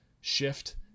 shift